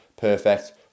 perfect